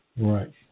Right